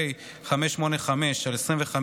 פ/585/25,